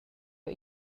jeu